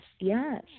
yes